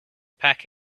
pack